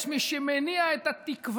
יש מי שמניע את התקווה,